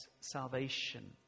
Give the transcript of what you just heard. salvation